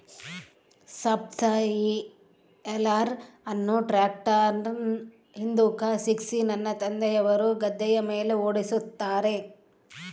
subsoiler ಅನ್ನು ಟ್ರ್ಯಾಕ್ಟರ್ನ ಹಿಂದುಕ ಸಿಕ್ಕಿಸಿ ನನ್ನ ತಂದೆಯವರು ಗದ್ದೆಯ ಮೇಲೆ ಓಡಿಸುತ್ತಾರೆ